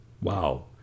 Wow